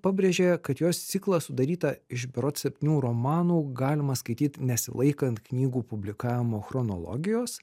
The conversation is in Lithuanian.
pabrėžė kad jos ciklą sudarytą iš berods septynių romanų galima skaityt nesilaikant knygų publikavimo chronologijos